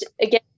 again